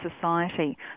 society